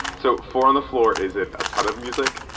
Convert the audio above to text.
so four on the floor is in a ton of music,